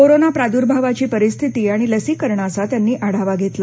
corona प्रादुर्भावाची परिस्थिती आणि लसीकरणाचा त्यांनी आढावा घेतला